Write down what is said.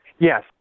Yes